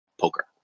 poker